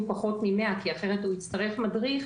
פחות מ-100 כי אחרת הוא יצטרך מדריך,